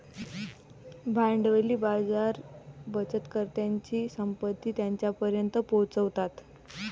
भांडवली बाजार बचतकर्त्यांची संपत्ती त्यांच्यापर्यंत पोहोचवतात